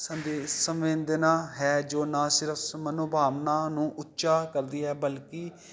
ਸੰਦੇਹ ਸਮੇਂ ਦੇ ਨਾਲ ਹੈ ਜੋ ਨਾ ਸਿਰਫ ਮਨੋਭਾਵਨਾ ਨੂੰ ਉੱਚਾ ਕਰਦੀ ਹੈ ਬਲਕਿ